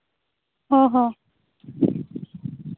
ᱦᱚᱸ ᱦᱚᱸ